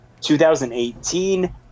2018